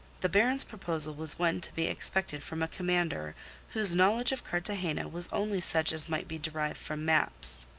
the baron's proposal was one to be expected from a commander whose knowledge of cartagena was only such as might be derived from maps.